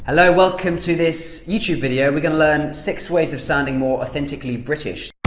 hello, welcome to this youtube video we're going to learn six ways of sounding more authentically british